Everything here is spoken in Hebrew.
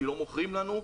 כי לא מוכרים לנו,